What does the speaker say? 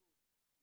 שוב,